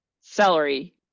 celery